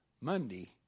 Monday